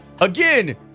Again